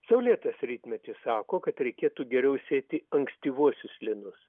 saulėtas rytmetis sako kad reikėtų geriau sėti ankstyvuosius linus